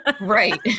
right